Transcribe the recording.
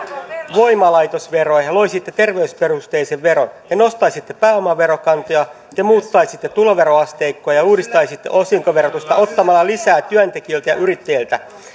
voimalaitosveroa ja ja loisitte terveysperusteisen veron te nostaisitte pääomaverokantoja te muuttaisitte tuloveroasteikkoja uudistaisitte osinkoverotusta ottamalla lisää työntekijöiltä ja yrittäjiltä